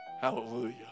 Hallelujah